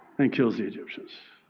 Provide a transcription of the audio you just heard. and kills the egyptians.